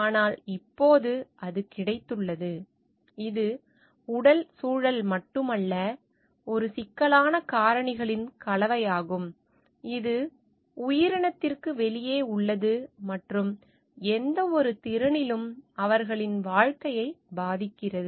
ஆனால் இப்போது அது கிடைத்துள்ளது இது உடல் சூழல் மட்டுமல்ல இது ஒரு சிக்கலான காரணிகளின் கலவையாகும் இது உயிரினத்திற்கு வெளியே உள்ளது மற்றும் எந்தவொரு திறனிலும் அவர்களின் வாழ்க்கையை பாதிக்கிறது